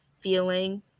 feeling